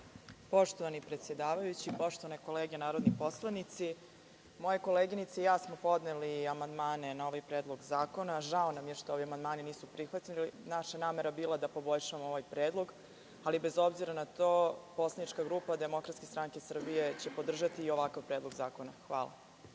Poštovani predsedavajući, poštovane kolege narodni poslanici, moje koleginice i ja smo podneli amandmane na ovaj predlog zakona. Žao nam je što ovi amandmani nisu prihvaćeni. Naša namera je bila da poboljšamo ovaj predlog, ali bez obzira na to poslanička grupa DSS će podržati i ovakav Predlog zakona. Hvala.